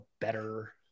better